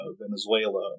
Venezuela